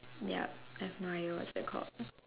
ya that's mine what's that called